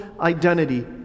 identity